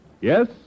Yes